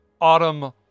autumn